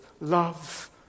love